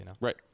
Right